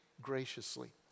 graciously